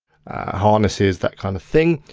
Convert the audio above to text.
harnesses, that kind of thing.